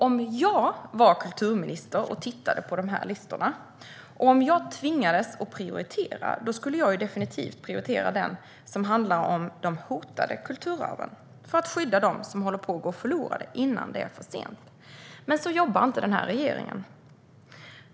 Om jag vore kulturminister och tittade på dessa listor och tvingades att prioritera skulle jag definitivt prioritera den som handlar om de hotade kulturarven, för att skydda dem som håller på att gå förlorade innan det är för sent. Men så jobbar inte regeringen.